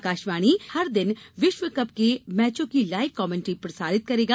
आकाशवाणी कल से हर दिन विश्व कप के मैचों की लाइव कमेंट्री प्रसारित करेगा